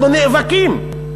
אנחנו נאבקים: